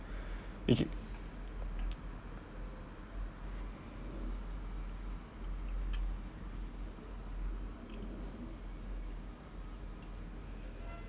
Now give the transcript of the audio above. we can